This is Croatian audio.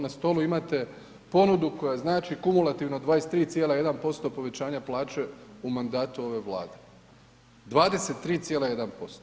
Na stolu imate ponudu koja znači kumulativno 23,1% povećanja plaće u mandatu ove Vlade, 23,1%